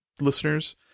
listeners